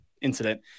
incident